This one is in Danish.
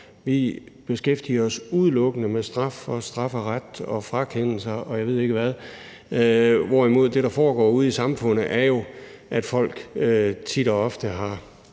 Vi beskæftiger os udelukkende med straf og strafferet og frakendelser, og jeg ved ikke hvad, hvorimod det, der foregår ude i samfundet, jo er, at folk tit og ofte